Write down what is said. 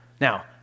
Now